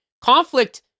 Conflict